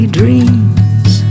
dreams